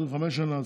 ל-25 שנה,